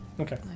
Okay